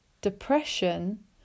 depression